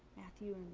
matthew?